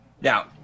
Now